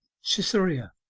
cytherea,